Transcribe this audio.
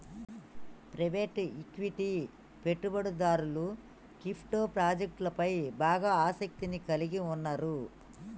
private equity పెట్టుబడిదారులు crypto ప్రాజెక్టులపై బాగా ఆసక్తిని కలిగి ఉన్నరు